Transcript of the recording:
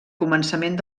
començament